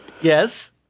Yes